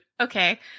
Okay